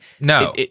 no